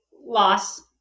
loss